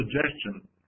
suggestion